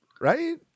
Right